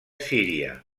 síria